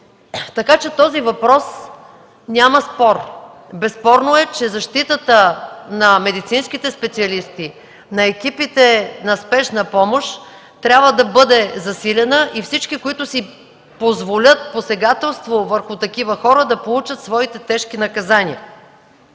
По този въпрос няма спор. Безспорно е, че защитата на медицинските специалисти, на екипите на Спешна помощ трябва да бъде засилена и всички, които си позволят посегателство върху такива хора, да получат своите тежки наказания.